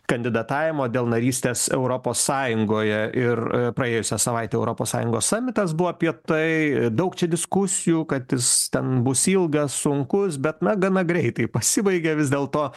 kandidatavimo dėl narystės europos sąjungoje ir praėjusią savaitę europos sąjungos samitas buvo apie tai daug čia diskusijų kad jis ten bus ilgas sunkus bet na gana greitai pasibaigė vis dėlto